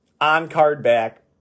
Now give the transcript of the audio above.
on-card-back